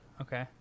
Okay